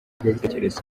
ingengabitekerezo